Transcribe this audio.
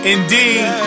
Indeed